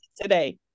today